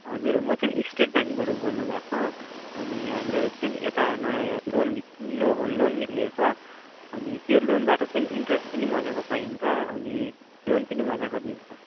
हजुर म चाहिँ स्टेट ब्याङ्कबाट बोल्नुभाको अनि यहाँ हाम्रो चाहिँ यता नयाँ लोन नि नो लोन निक्लेको छ अनि त्यो लोनबाट चाहिँ इन्ट्रेस्ट पनि मजाको पाइन्छ अनि लोन पनि मजाको दिन्छ